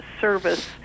service